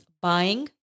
buying